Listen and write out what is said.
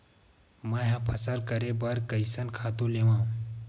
मैं ह फसल करे बर कइसन खातु लेवां?